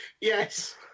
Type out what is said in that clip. Yes